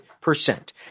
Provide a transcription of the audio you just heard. percent